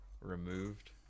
removed